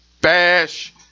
Bash